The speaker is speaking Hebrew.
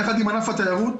יחד עם ענף התיירות.